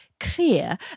clear